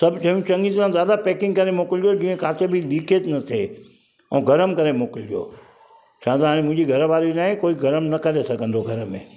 सभु शयूं चङी तरह दादा पैकिंग करे मोकिलिजो जीअं काथे बि लीकेज न थिए ऐं गरम करे मोकिलिजो छा त हाणे मुंहिंजी घर वारी न आहे कोई गरम न करे सघंदो घर में